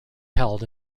held